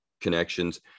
connections